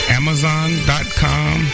amazon.com